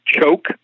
choke